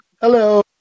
Hello